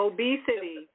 Obesity